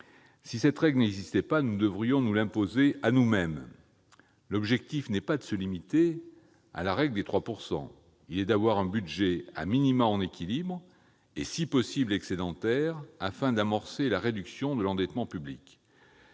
d'autres ! -n'existait pas, nous devrions nous l'imposer à nous-mêmes. L'objectif est non pas de se limiter à la règle des 3 %, mais d'avoir un budget en équilibre et même, si possible, excédentaire, afin d'amorcer la réduction de l'endettement public.